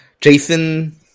Jason